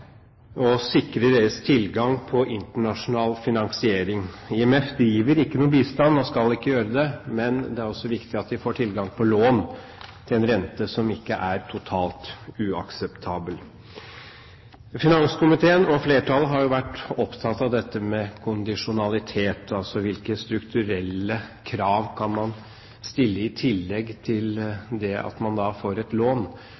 og sikre deres tilgang på internasjonal finansiering. IMF driver ikke med bistand og skal ikke gjøre det, men det er også viktig å få tilgang på lån til en rente som ikke er totalt uakseptabel. Finanskomiteen og flertallet har vært opptatt av dette med kondisjonalitet, altså hvilke strukturelle krav man kan stille i tillegg til det at man da får et lån.